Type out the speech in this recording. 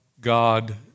God